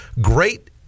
Great